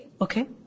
Okay